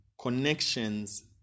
connections